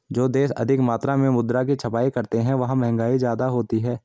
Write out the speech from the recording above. जो देश अधिक मात्रा में मुद्रा की छपाई करते हैं वहां महंगाई ज्यादा होती है